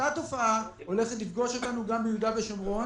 אותה תופעה הולכת לפגוש אותנו גם ביהודה ושומרון,